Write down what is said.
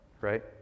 right